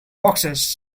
boxes